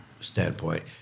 standpoint